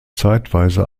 zeitweise